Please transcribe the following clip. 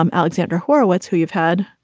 um alexandra horowitz, who you've had,